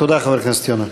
תודה, חבר הכנסת יונה.